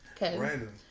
Random